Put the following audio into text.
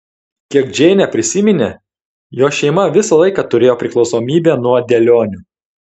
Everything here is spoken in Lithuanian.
kiek džeinė prisiminė jos šeima visą laiką turėjo priklausomybę nuo dėlionių